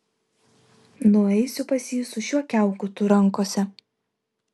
nueisiu pas jį su šiuo kiaukutu rankose